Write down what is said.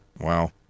wow